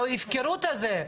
בהפקרות הזאת?